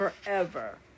forever